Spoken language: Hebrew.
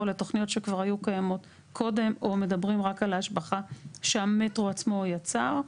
לתוכניות שכבר היו קיימות קודם או מדברים רק על ההשבחה שהמטרו עצמו יצר.